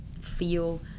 feel